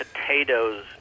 potatoes